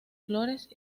flores